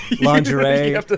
lingerie